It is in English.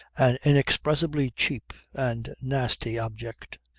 an inexpressibly cheap and nasty object.